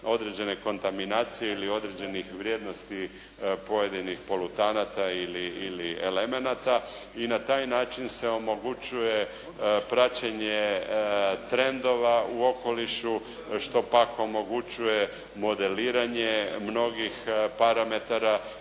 određene kontaminacije ili određenih vrijednosti pojedinih polutnata ili elemenata. I na taj način se omogućuje praćenje trendova u okolišu što pak omogućuje modeliranje mnogih parametara